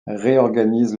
réorganise